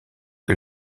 que